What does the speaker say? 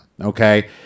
okay